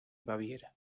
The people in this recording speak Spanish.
baviera